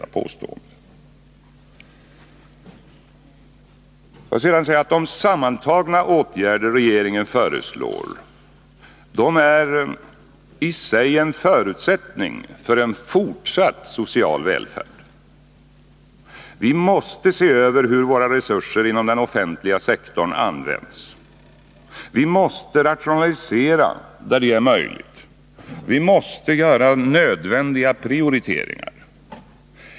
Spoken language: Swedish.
De sammantagna åtgärder regeringen föreslår är i sig en förutsättning för en fortsatt social välfärd. Vi måste se över hur våra resurser inom den offentliga sektorn används. Vi måste rationalisera där det är möjligt, och vi måste göra nödvändiga prioriteringar.